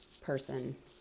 person